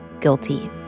guilty